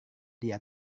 dia